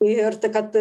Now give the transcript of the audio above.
ir tai kad